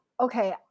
okay